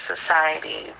Society